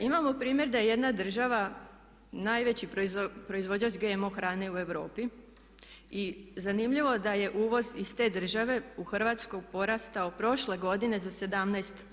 Imamo primjer da je jedna država najveći proizvođač GMO hrane u Europi i zanimljivo da je uvoz iz te države u Hrvatskoj porastao prošle godine za 17%